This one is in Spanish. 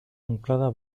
anclada